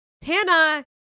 Tana